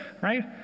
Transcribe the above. right